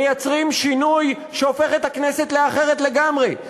מייצרים שינוי שהופך את הכנסת לאחרת לגמרי,